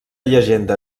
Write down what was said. llegenda